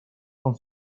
con